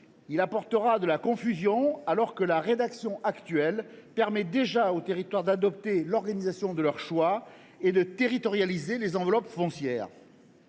Il introduira de la confusion alors que la rédaction actuelle permet déjà aux territoires d’adopter l’organisation de leur choix et de territorialiser les enveloppes foncières.